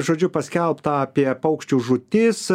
žodžiu paskelbta apie paukščių žūtis